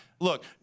Look